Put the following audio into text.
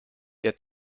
der